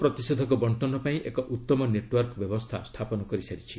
ଭାରତ ପ୍ରତିଷେଧକ ବଣ୍ଟନ ପାଇଁ ଏକ ଉତ୍ତମ ନେଟ୍ୱାର୍କ ବ୍ୟବସ୍ଥା ସ୍ଥାପନ କରିସାରିଛି